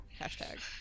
Hashtag